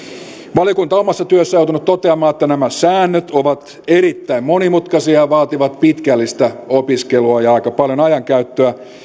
valiokunta omassa työssään on joutunut toteamaan että nämä säännöt ovat erittäin monimutkaisia ja vaativat pitkällistä opiskelua ja aika paljon ajankäyttöä